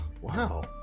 wow